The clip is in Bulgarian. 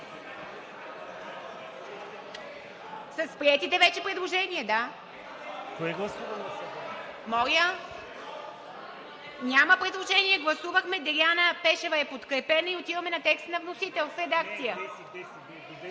С приетите вече предложения, да. (Шум и реплики.) Няма предложения. Гласувахме, Деляна Пешева е подкрепена и отиваме на текст на вносител с редакция.